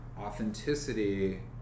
authenticity